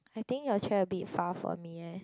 I think your chair a bit far from me eh